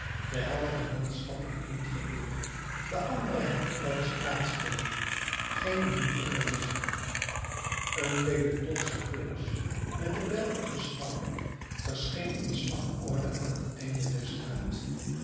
de helft der manschappen in t geweer de andere helft bij de straatsteenen geen minuut te verliezen een peloton sappeurs met de bijl op den schouder verscheen in slagorde aan het einde der straat